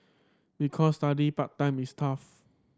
because studying part time is tough